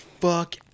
fuck